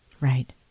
Right